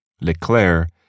Leclerc